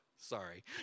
Sorry